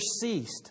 ceased